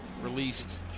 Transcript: released